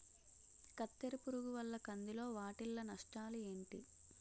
కత్తెర పురుగు వల్ల కంది లో వాటిల్ల నష్టాలు ఏంటి